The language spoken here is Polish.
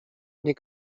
nie